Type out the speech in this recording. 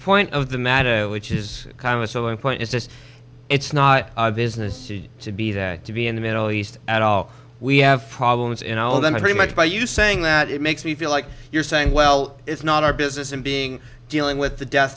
point of the matter which is kind of a selling point is just it's not our business to be there to be in the middle east at all we have problems in all of them i pretty much by you saying that it makes me feel like you're saying well it's not our business in being dealing with the de